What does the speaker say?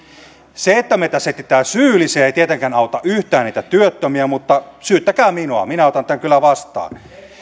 se että me tässä etsimme syyllisiä ei tietenkään auta yhtään työttömiä mutta syyttäkää minua minä otan tämän kyllä vastaan